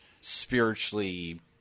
spiritually